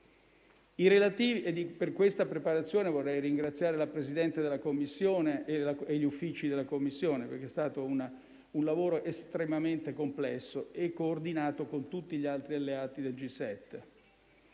Per questa preparazione vorrei ringraziare la Presidente e gli uffici della Commissione, perché è stato un lavoro estremamente complesso e coordinato con tutti gli altri alleati del G7.